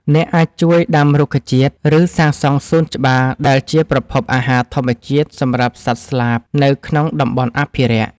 អ្នកអាចជួយដាំរុក្ខជាតិ ឬសាងសង់សួនច្បារដែលជាប្រភពអាហារធម្មជាតិសម្រាប់សត្វស្លាបនៅក្នុងតំបន់អភិរក្ស។